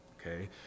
Okay